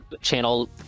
Channel